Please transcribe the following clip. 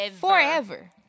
Forever